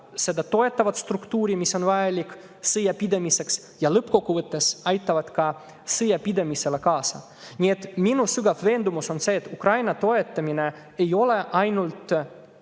seda toetavat struktuuri, mis on vajalik sõja pidamiseks, ja lõppkokkuvõttes aitab see ka sõjapidamisele seal kaasa. Nii et minu sügav veendumus on see, et Ukraina toetamine ei ole ainult